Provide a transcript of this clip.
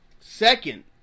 Second